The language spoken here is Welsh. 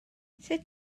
sut